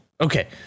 Okay